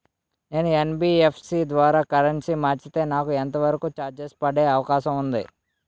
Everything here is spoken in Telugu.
నేను యన్.బి.ఎఫ్.సి ద్వారా కరెన్సీ మార్చితే నాకు ఎంత వరకు చార్జెస్ పడే అవకాశం ఉంది?